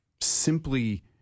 simply